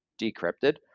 decrypted